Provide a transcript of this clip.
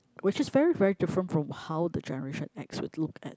which is very very different from how the generation X would look at